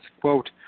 quote